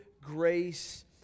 grace